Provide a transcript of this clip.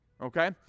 Okay